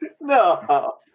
No